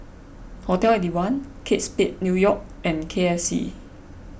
hotel eight one Kate Spade New York and K F C